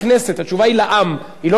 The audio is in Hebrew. התשובה היא לעם, היא לא לכנסת.